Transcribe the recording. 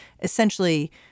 essentially